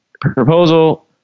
proposal